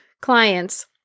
clients